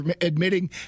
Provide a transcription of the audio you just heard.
admitting